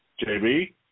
JB